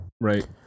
Right